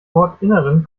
wortinneren